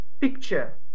picture